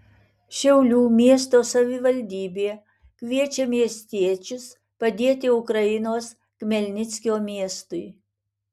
šiaulių miesto savivaldybė kviečia miestiečius padėti ukrainos chmelnickio miestui